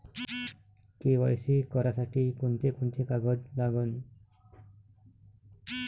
KYC करासाठी कोंते कोंते कागद लागन?